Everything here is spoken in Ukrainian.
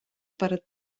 перед